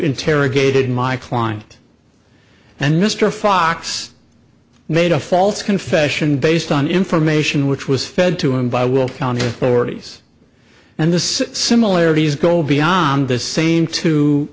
interrogated my client and mr fox made a false confession based on information which was fed to him by will county authorities and the similarities go beyond the same t